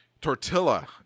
Tortilla